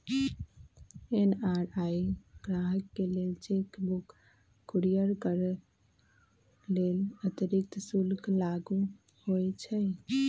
NRI गाहकके लेल cheque book courier करय लेल अतिरिक्त शुल्क लागू होइ छइ